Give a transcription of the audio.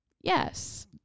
Yes